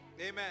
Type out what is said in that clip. Amen